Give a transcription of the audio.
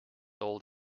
old